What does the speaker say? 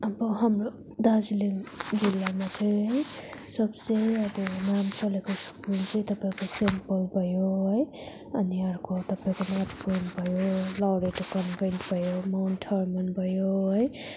अब हाम्रो दार्जिलिङ जिल्लामा चाहिँ है सबसे अब नाम चलेको स्कुल चाहिँ तपाईँको सेन्ट पल भयो है अनि अर्को तपाईँको नर्थ पोइन्ट भयो लरेटो कन्भेन्ट भयो माउन्ट हर्मन भयो है